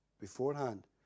beforehand